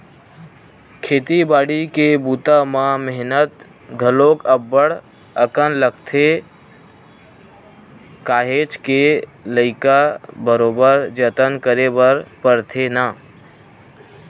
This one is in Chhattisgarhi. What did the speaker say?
खेती बाड़ी के बूता म मेहनत घलोक अब्ब्ड़ अकन लगथे काहेच के लइका बरोबर जतन करे बर परथे ना